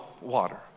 water